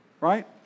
right